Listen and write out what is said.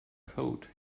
code